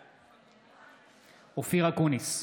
בעד אופיר אקוניס,